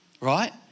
Right